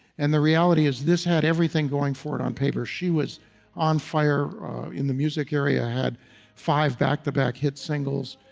and the reality is this had everything going for it on paper. she was on fire in the music area, i had five back-to-back hits singles.